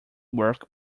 worked